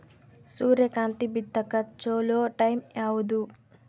ಸೂರ್ಯಕಾಂತಿ ಬಿತ್ತಕ ಚೋಲೊ ಟೈಂ ಯಾವುದು?